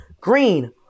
Green